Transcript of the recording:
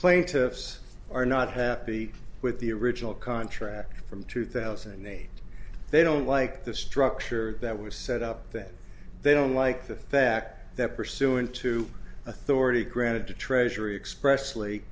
plaintiffs are not happy with the original contract from two thousand and eight they don't like the structure that was set up that they don't like the fact that pursuant to authority granted to treasury express